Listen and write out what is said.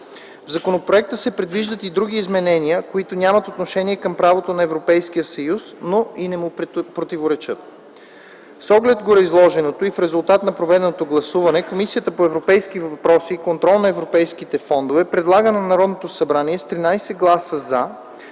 В законопроекта се предвиждат и други изменения, които нямат отношение към правото на Европейския съюз, но и не му противоречат. С оглед на гореизложеното и в резултат на проведеното гласуване Комисията по европейските въпроси и контрол на европейските фондове предлага на Народното събрание с 13 гласа „за”